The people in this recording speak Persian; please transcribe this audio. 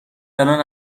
الان